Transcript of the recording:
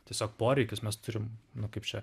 tiesiog poreikius mes turim nu kaip čia